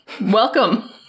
welcome